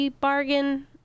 bargain